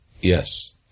Yes